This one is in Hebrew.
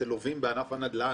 כמו ענף הנדל"ן,